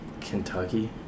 Kentucky